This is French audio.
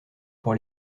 pour